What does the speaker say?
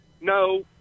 No